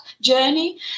journey